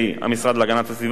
וגם את זו אנחנו מבקשים לדחות,